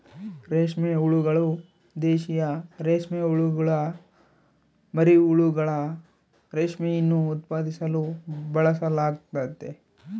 ರೇಷ್ಮೆ ಹುಳುಗಳು, ದೇಶೀಯ ರೇಷ್ಮೆಹುಳುಗುಳ ಮರಿಹುಳುಗಳು, ರೇಷ್ಮೆಯನ್ನು ಉತ್ಪಾದಿಸಲು ಬಳಸಲಾಗ್ತತೆ